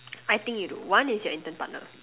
I think it one is your intern partner